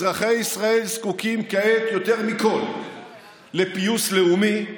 אזרחי ישראל זקוקים כעת יותר מכול לפיוס לאומי,